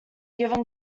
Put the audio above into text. given